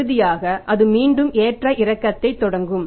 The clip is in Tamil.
இறுதியாக அது மீண்டும் ஏற்ற இறக்கத்தைத் தொடங்கும்